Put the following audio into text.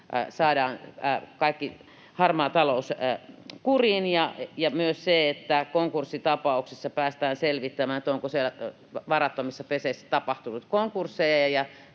saadaan kaikki harmaa talous kuriin ja myös se, että konkurssitapauksissa päästään selvittämään, onko siellä varattomassa pesässä tapahtunut konkursseja